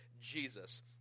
Jesus